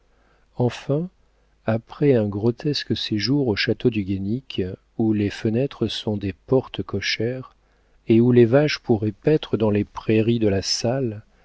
enfin après un grotesque séjour au château du guénic où les fenêtres sont des portes cochères et où les vaches pourraient paître dans les prairies de la salle